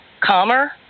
calmer